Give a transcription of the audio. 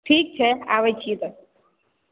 ठीक छै आबै छियै तब